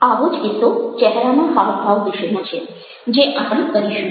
આવો જ કિસ્સો ચહેરાના હાવભાવ વિશેનો છે જે આપણે કરીશું